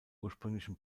ursprünglichen